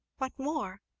what more?